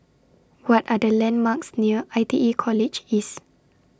What Are The landmarks near I T E College East